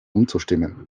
umzustimmen